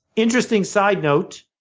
interesting side note,